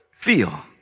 feel